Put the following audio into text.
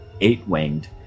eight-winged